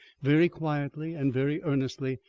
very quietly and very earnestly,